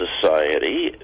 society